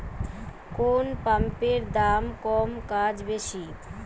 কোন পাম্পের দাম কম কাজ বেশি?